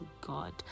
god